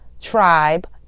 Tribe